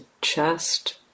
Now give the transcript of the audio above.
chest